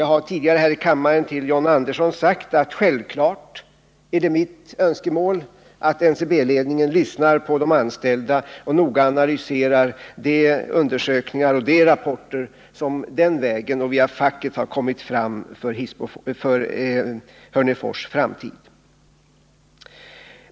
Jag har tidigare här i kammaren till John Andersson sagt att självklart är det mitt önskemål att NCB-ledningen lyssnar på de anställda och noga analyserar de undersökningar och de rapporter som den vägen och via facket har kommit fram rörande Hörnefors framtid.